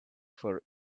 for